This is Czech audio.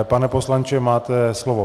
Pane poslanče, máte slovo.